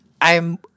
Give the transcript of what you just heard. I'm-